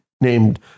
named